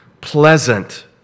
pleasant